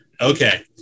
Okay